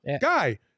Guy